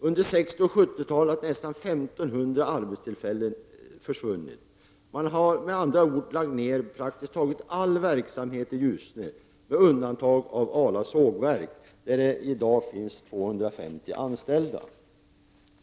Under 60 och 70-talen har nästan 1 500 arbetstillfällen försvunnit. Praktiskt taget all verksamhet har lagts ned i Ljusne med undantag av ett sågverk med 250 anställda.